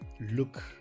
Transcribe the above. look